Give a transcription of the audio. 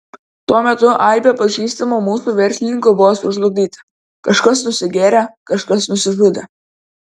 tuo metu aibė pažįstamų mūsų verslininkų buvo sužlugdyti kažkas nusigėrė kažkas nusižudė